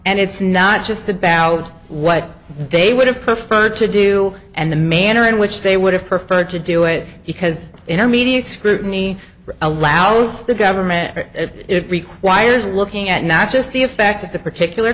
and it's not just about what they would have preferred to do and the manner in which they would have preferred to do it because intermediate scrutiny allows the government it requires looking at not just the effect of the particular